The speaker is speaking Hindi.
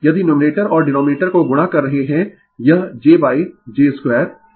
यदि न्यूमरेटर और डीनोमिनेटर को गुणा कर रहे है यह jj 2j 2 है